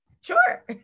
sure